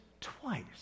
twice